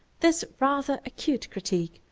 this rather acute critique,